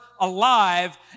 alive